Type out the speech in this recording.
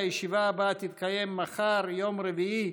הישיבה הבאה תתקיים מחר, יום רביעי,